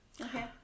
Okay